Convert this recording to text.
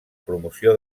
promoció